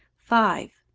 five.